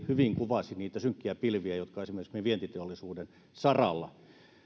hyvin kuvasi niitä synkkiä pilviä jotka esimerkiksi ovat meidän vientiteollisuuden saralla